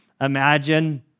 imagine